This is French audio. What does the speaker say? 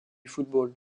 football